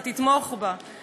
אתה תתמוך בה.